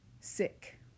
Sick